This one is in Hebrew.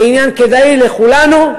זה עניין כדאי לכולנו,